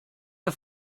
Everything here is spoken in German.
der